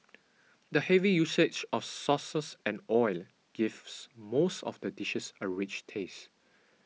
the heavy usage of sauces and oil gives most of the dishes a rich taste